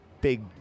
Big